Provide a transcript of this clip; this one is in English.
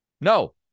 No